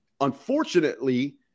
Unfortunately